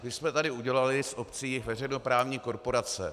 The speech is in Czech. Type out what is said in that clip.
My jsme tady udělali z obcí veřejnoprávní korporace.